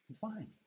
fine